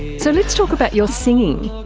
so let's talk about your singing.